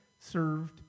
served